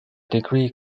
degree